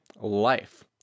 life